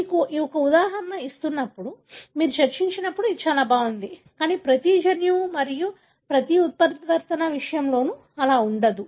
మీకు ఒక ఉదాహరణ ఉన్నప్పుడు మీరు చర్చించినప్పుడు అది చాలా బాగుంది కానీ ప్రతి జన్యువు మరియు ప్రతి ఉత్పరివర్తన విషయంలోనూ ఇది ఉండదు